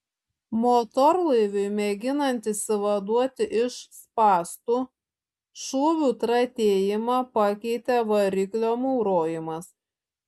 motorlaiviui mėginant išsivaduoti iš spąstų šūvių tratėjimą pakeitė variklio maurojimas